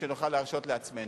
שנוכל להרשות לעצמנו.